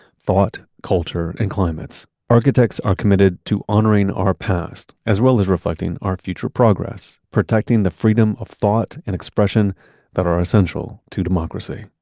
thought, culture and climates. architects are committed to honoring our past as well as reflecting our future progress, protecting the freedom of thought and expression that are essential to democracy.